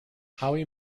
howie